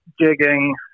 jigging